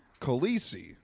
Khaleesi